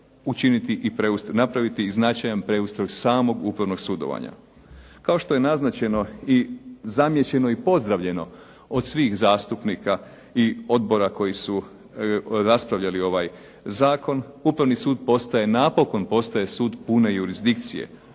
napraviti značajan preustroj samog upravnog sudovanja. Kao što je naznačeno i zamijećeno i pozdravljeno od svih zastupnika i odbora koji su raspravljali ovaj zakon, Upravni sud postaje napokon sud pune jurisdikcije.